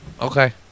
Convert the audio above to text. okay